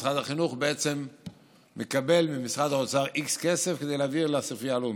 משרד החינוך בעצם מקבל ממשרד האוצר x כסף כדי להעביר לספרייה הלאומית,